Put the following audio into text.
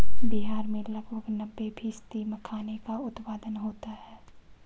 बिहार में लगभग नब्बे फ़ीसदी मखाने का उत्पादन होता है